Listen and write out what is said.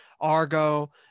Argo